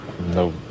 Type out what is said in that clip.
no